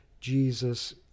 Jesus